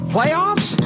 Playoffs